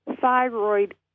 thyroid